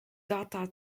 data